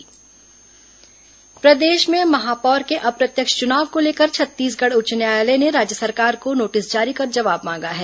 high court महापौर चुनाव प्रदेश में महापौर के अप्रत्यक्ष चुनाव को लेकर छत्तीसगढ़ उच्च न्यायालय ने राज्य सरकार को नोटिस जारी कर जवाब मांगा है